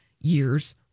years